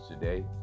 today